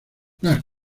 las